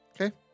Okay